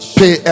pay